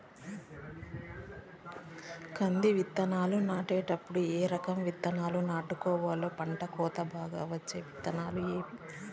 కంది విత్తనాలు నాటేటప్పుడు ఏ రకం విత్తనాలు నాటుకోవాలి, పంట కోత బాగా వచ్చే విత్తనాలు ఏవీ?